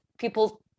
people